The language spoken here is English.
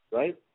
right